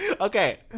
Okay